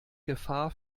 gefahr